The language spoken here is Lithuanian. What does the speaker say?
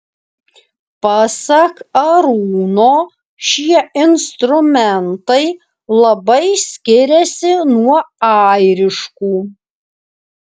pasak arūno šie instrumentai labai skiriasi nuo airiškų